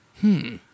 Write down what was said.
Hmm